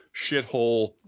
shithole